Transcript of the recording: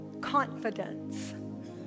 confidence